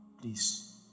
Please